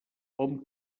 hom